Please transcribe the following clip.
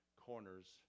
corners